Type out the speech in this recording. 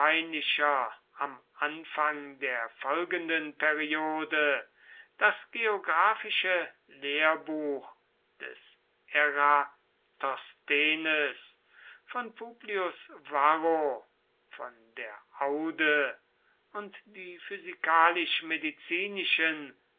am anfang der folgenden periode das geographische lehrbuch des eratosthenes von publius varro von der aude und die